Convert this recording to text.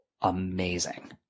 amazing